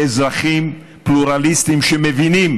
לאזרחים פלורליסטים שמבינים